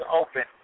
open